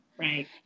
Right